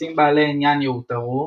"חפצים בעלי עניין יאותרו,